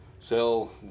sell